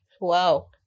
Wow